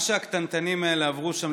מה שהקטנטנים האלה עברו שם,